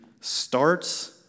starts